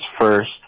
first